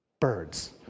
birds